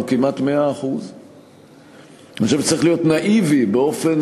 הוא כמעט 100%. צריך להיות נאיבי באופן